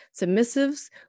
Submissives